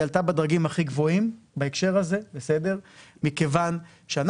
היא עלתה בדרגים הכי גבוהים בהקשר הזה מכיוון שאנחנו